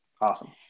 Awesome